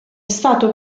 stato